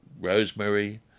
rosemary